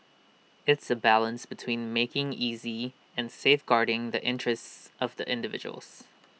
it's A balance between making easy and safeguarding the interests of the individuals